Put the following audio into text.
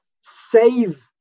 save